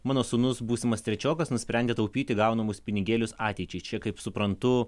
mano sūnus būsimas trečiokas nusprendė taupyti gaunamus pinigėlius ateičiai čia kaip suprantu